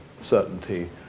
certainty